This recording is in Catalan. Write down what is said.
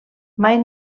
mai